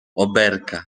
oberka